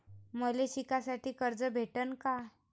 मले शिकासाठी कर्ज भेटन का?